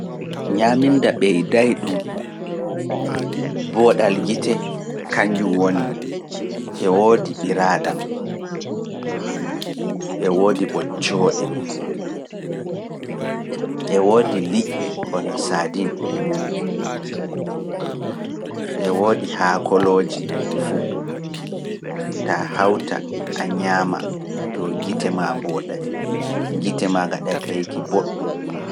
Ñaaminda ɓeyday ɗum, booɗal gite, kañjum woni, e woodi ɓiraaɗam, e woodi ɓoccooɗe, e woodi liƴƴi bono saadin, e woodi haakolooji fuu, taa hawta a ñaama to gite maa mbooɗay, gite maa ngaɗay kayiki boɗɗum.